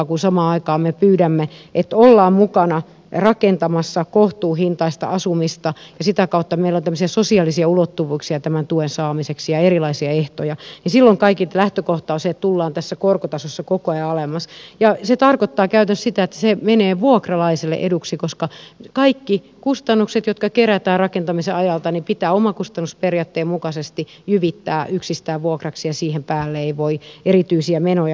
kun samaan aikaan me pyydämme että ollaan mukana rakentamassa kohtuuhintaista asumista ja sitä kautta meillä on tämmöisiä sosiaalisia ulottuvuuksia tämän tuen saamiseksi ja erilaisia ehtoja niin silloin kaiken lähtökohta on se että tullaan tässä korkotasossa koko ajan alemmas ja se tarkoittaa käytännössä sitä että se menee vuokralaiselle eduksi koska kaikki kustannukset jotka kerätään rakentamisen ajalta pitää omakustannusperiaatteen mukaisesti jyvittää yksistään vuokraksi ja siihen päälle ei voi erityisiä menoja laittaa